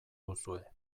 duzue